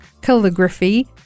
calligraphy